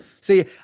See